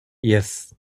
yes